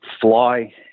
fly